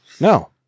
No